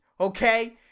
Okay